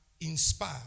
inspire